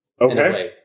Okay